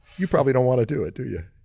you probably don't want to do it, do you?